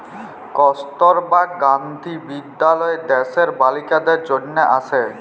কস্তুরবা গান্ধী বিদ্যালয় দ্যাশের বালিকাদের জনহে আসে